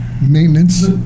maintenance